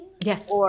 Yes